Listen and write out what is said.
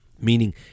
meaning